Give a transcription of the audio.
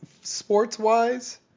sports-wise